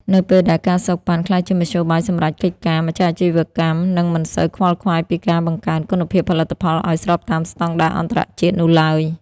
នៅពេលដែល ការសូកប៉ាន់ ក្លាយជាមធ្យោបាយសម្រេចកិច្ចការ ម្ចាស់អាជីវកម្មនឹងមិនសូវខ្វល់ខ្វាយពីការបង្កើនគុណភាពផលិតផលឱ្យស្របតាមស្ដង់ដារអន្តរជាតិនោះឡើយ។